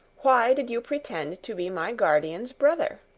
why did you pretend to be my guardian's brother?